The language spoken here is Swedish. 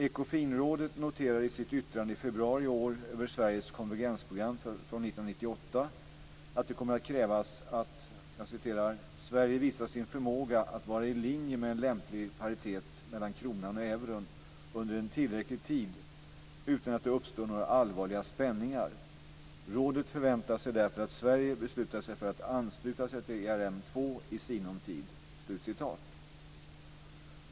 Ekofinrådet noterar i sitt yttrande i februari i år över Sveriges konvergensprogram från 1998 att det kommer att krävas att "Sverige visar sin förmåga att vara i linje med en lämplig paritet mellan kronan och euron under en tillräcklig tid utan att det uppstår några allvarliga spänningar. Rådet förväntar sig därför att Sverige beslutar sig för att ansluta sig till ERM2 i sinom tid."